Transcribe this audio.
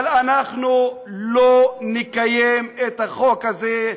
אבל אנחנו לא נקיים את החוק הזה,